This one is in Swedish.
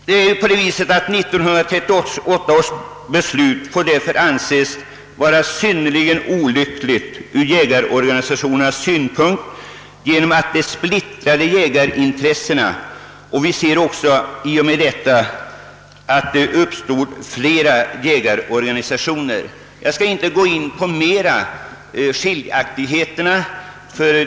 Beslutet av år 1938 får därför anses vara synnerligen olyckligt ur jägar organisationernas synpunkt: det splittrade jägarintressena, och det uppstod flera jägarorganisationer. Jag skall inte gå närmare in på skiljaktigheterna.